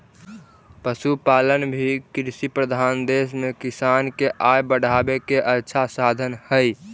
पशुपालन भी कृषिप्रधान देश में किसान के आय बढ़ावे के अच्छा साधन हइ